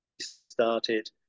started